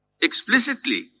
explicitly